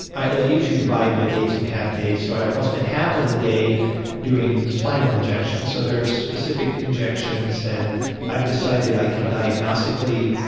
i usually divide my days in half days, so i'll i'll spend half of the day doing spinal injections. so there's specific injections that i've decided i can diagnostically